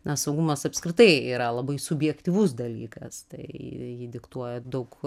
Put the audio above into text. na saugumas apskritai yra labai subjektyvus dalykas tai jį diktuoja daug